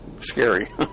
scary